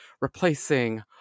replacing